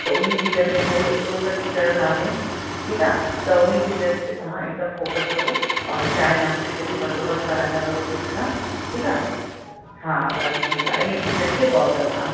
त उन चीज में भई ओतिरो त टीचर लाहेन ठीकु आहे त उन चीजन ते तव्हां हिकदमि फ़ोकस करो और चांहि नाशते जो बि बंदोबस्तु कराईंदा करो ठीकु आहे ठीकु आहे हा बसि ठीकु आहे इन चीजन ते गौर कयो तव्हां